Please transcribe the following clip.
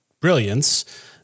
brilliance